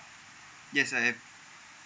yes I have